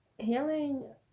Healing